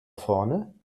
vorne